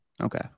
Okay